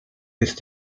ist